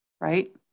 right